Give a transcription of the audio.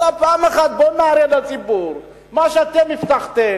בוא נראה פעם אחת לציבור: מה שאתם הבטחתם,